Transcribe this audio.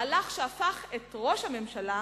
מהלך שהפך את ראש הממשלה,